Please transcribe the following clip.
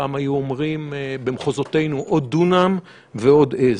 פעם היו אומרים במחוזותינו: עוד דונם ועוד עז.